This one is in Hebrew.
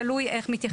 תלוי איך מתייחסים.